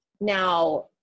Now